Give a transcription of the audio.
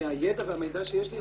מהידע והמידע שיש לי,